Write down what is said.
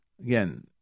Again